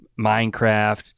Minecraft